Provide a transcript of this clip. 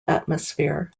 atmosphere